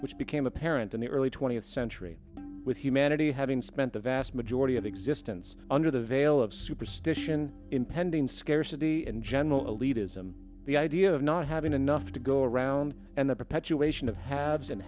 which became apparent in the early twentieth century with humanity having spent the vast majority of existence under the veil of superstition impending scarcity and general elite ism the idea of not having enough to go around and the perpetuation of haves and